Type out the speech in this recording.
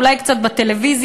אולי קצת בטלוויזיה,